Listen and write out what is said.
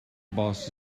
boss